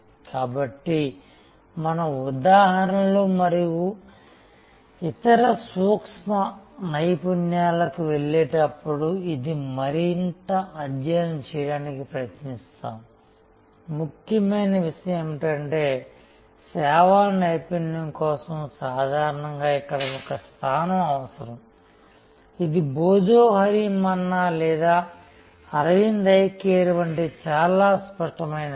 కాబట్టి మనం ఉదాహరణలు మరియు ఇతర సూక్ష్మ నైపుణ్యాలకు వెళ్ళేటప్పుడు ఇది మరింత అధ్యయనం చేయడానికి ప్రయత్నిస్తాము ముఖ్యమైన విషయం ఏమిటంటే సేవా నైపుణ్యం కోసం సాధారణంగా ఇక్కడ ఒక స్థానం అవసరం ఇది భోజోహోరి మన్నా లేదా అరవింద్ ఐ కేర్ వంటి చాలా స్ఫుటమైనది